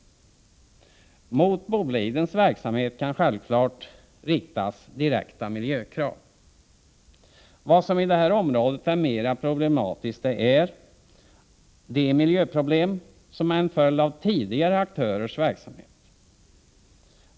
Mot Bolidens verksamhet kan självfallet riktas direkta miljökrav. Vad som i detta område är mera problematiskt är de miljöproblem som är en följd av tidigare aktörers verksamhet.